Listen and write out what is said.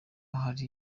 hari